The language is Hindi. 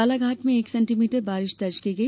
बालाघाट में एक सेण्टीमीटर बारिश दर्ज की गई